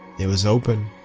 it was open.